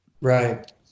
Right